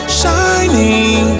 shining